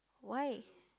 why